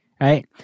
right